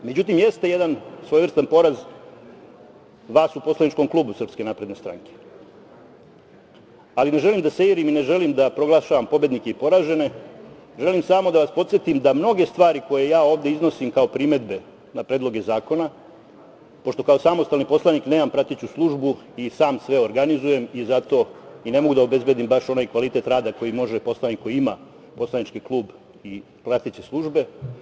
Međutim, jeste jedan svojevrstan poraz vas u poslaničkom klubu SNS, ali ne želim da seirim i da proglašavam pobednike i poražene, želim samo da vas podsetim da mnoge stvari, koje ja ovde iznosim kao primedbe na predloge zakona, pošto kao samostalni poslanik nemam prateću službu i sam sve organizujem i zato ne mogu da obezbedim baš onaj kvalitet rada koji može poslanik koji ima poslanički klub i prateće službe.